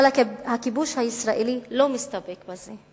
אבל הכיבוש הישראלי לא מסתפק בזה.